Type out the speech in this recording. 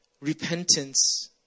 Repentance